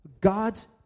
God's